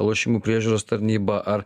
lošimų priežiūros tarnyba ar